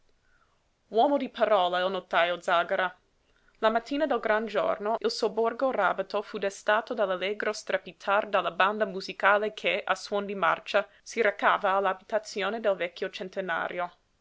uomo di parola il notajo zàgara la mattina del gran giorno il sobborgo ràbato fu destato dall'allegro strepitar della banda musicale che a suon di marcia si recava all'abitazione del vecchio centenario